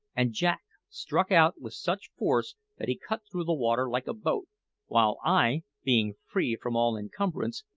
and jack struck out with such force that he cut through the water like a boat while i, being free from all encumbrance,